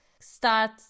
Start